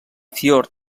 fiord